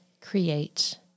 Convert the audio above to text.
create